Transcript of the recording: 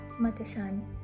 Matasan